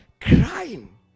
Crying